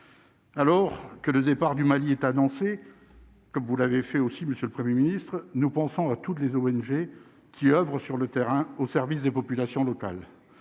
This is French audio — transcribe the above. Alors que le départ du Mali est annoncé comme vous l'avez fait aussi monsieur le 1er ministre nous pensons à toutes les ONG qui oeuvrent sur le terrain au service des populations locales